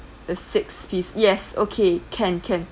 the six piece yes okay can can